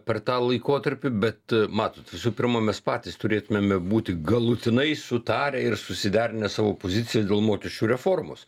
per tą laikotarpį bet matot visų pirma mes patys turėtumėme būti galutinai sutarę ir susiderinę savo pozicijas dėl mokesčių reformos